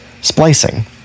splicing